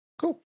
Cool